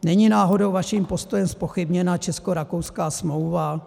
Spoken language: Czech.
Není náhodou vaším postojem zpochybněna českorakouská smlouva?